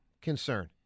Concern